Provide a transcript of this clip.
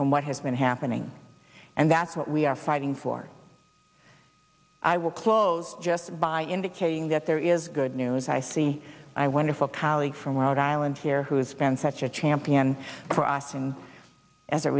from what has been happening and that's what we are fighting for i will close just by indicating that there is good news i see i wonder if a colleague from rhode island here who's been such a champion for us and as it